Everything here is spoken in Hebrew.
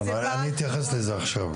אני אתייחס לזה בסיכום.